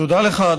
תודה לך.